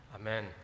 Amen